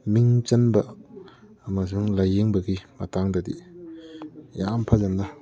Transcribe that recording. ꯃꯤꯡ ꯆꯟꯕ ꯑꯃꯁꯨꯡ ꯂꯥꯏꯌꯦꯡꯕꯒꯤ ꯃꯇꯥꯡꯗꯗꯤ ꯌꯥꯝ ꯐꯖꯅ